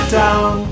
down